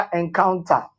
encounter